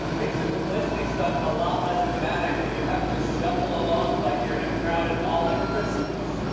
makes your publicity stunt a lot less dramatic when you have to shuffle along like you're in a crowded mall at christmas.